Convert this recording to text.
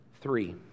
Three